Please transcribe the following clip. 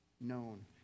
known